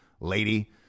lady